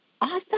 Awesome